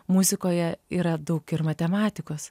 muzikoje yra daug ir matematikos